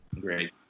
Great